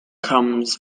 comes